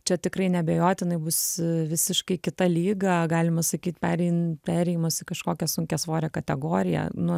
čia tikrai neabejotinai bus visiškai kita lyga galima sakyt perein perėjimas į kažkokią sunkiasvorę kategoriją nu